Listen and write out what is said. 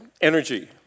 energy